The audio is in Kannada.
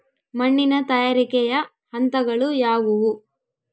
ಮಣ್ಣಿನ ತಯಾರಿಕೆಯ ಹಂತಗಳು ಯಾವುವು?